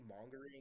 mongering